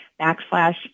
backslash